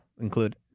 include